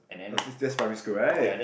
that's primary school right